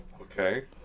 Okay